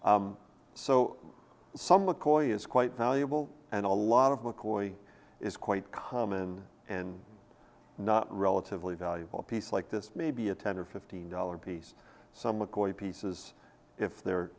is quite valuable and a lot of mccoy is quite common and not relatively valuable piece like this maybe a ten or fifteen dollar piece some pieces if the